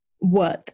worth